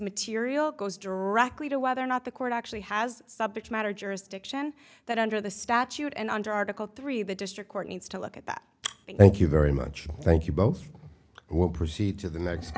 material goes directly to whether or not the court actually has subject matter jurisdiction that under the statute and under article three the district court needs to look at that thank you very much thank you both i will proceed to the next